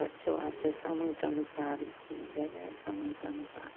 बच्चो आरकेँ समयके अनुसार इसकुल जायमे समयके अनुसार